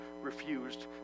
refused